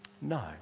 No